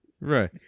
Right